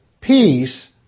peace